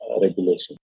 regulation